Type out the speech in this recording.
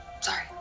Sorry